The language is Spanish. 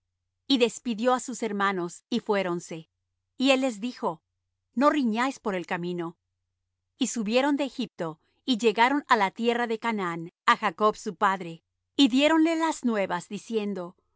y despidió á sus hermanos y fuéronse y él les dijo no riñáis por el camino y subieron de egipto y llegaron á la tierra de canaán á jacob su padre y diéronle las nuevas diciendo